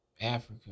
Africa